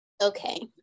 okay